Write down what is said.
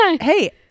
hey